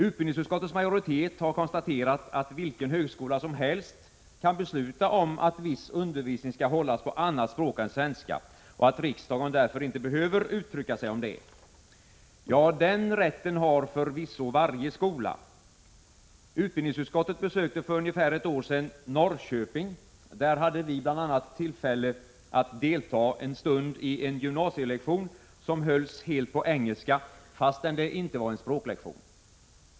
Utbildningsutskottets majoritet har konstaterat att vilken högskola som helst kan besluta om att viss undervisning skall hållas på annat språk än svenska och att riksdagen därför inte behöver uttrycka sig om det. Ja, den rätten har förvisso varje skola. Utbildningsutskottet besökte för ungefär ett år sedan Norrköping. Där hade vi bl.a. tillfälle att delta en stund i en gymnasielektion, som hölls helt på engelska, fastän det inte var en språklektion.